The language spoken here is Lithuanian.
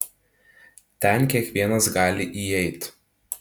ten kiekvienas gali įeit